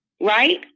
Right